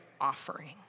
offering